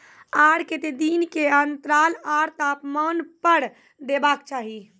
आर केते दिन के अन्तराल आर तापमान पर देबाक चाही?